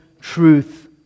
truth